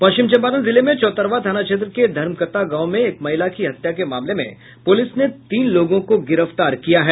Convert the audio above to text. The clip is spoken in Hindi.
पश्चिम चम्पारण जिले में चौतरवा थाना क्षेत्र के धर्मकता गांव में एक महिला की हत्या के मामले में पुलिस ने तीन लोगों को गिरफ्तार किया है